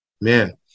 Man